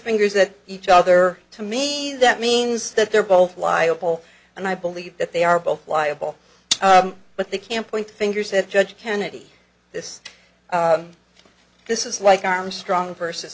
fingers at each other to me that means that they're both liable and i believe that they are both liable but the camp point finger said judge kennedy this this is like armstrong versus